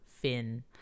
Finn